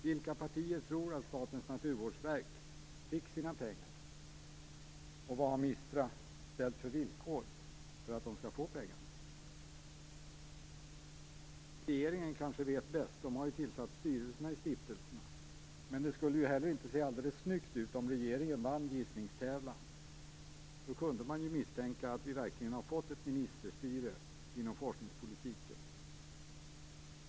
Vilka partier tror att Statens naturvårdsverk fick sina pengar? Och vad har MISTRA ställt för villkor för att man skall få pengarna? Regeringen kanske vet bäst - den har ju tillsatt styrelserna i stiftelserna. Men det skulle inte se alldeles snyggt ut om regeringen vann gissningstävlan. Då kunde man misstänka att vi verkligen har fått ett ministerstyre inom forskningspolitiken.